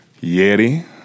Yeti